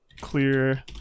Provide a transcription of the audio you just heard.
clear